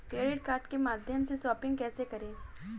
Credit card के माध्यम से शॉपिंग कैसे करें?